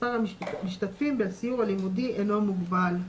מספר המשתתפים בסיור הלימודי אינו מוגבל.